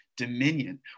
dominion